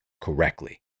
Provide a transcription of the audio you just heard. correctly